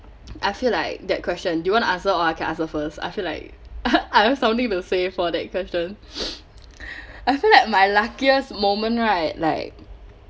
I feel like that question do you want to answer or I can answer first I feel like I have something to say for that question I feel like my luckiest moment right like